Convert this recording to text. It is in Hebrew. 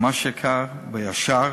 ממש יקר וישר.